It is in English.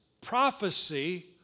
prophecy